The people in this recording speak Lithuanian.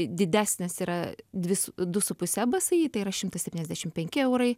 didesnės yra dvis du su puse bsi tai yra šimtas septyniasdešim penki eurai